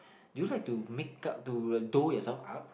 do you like to make up do doll yourself up